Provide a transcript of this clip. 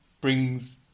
brings